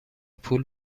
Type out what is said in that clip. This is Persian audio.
پول